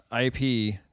IP